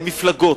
המפלגות,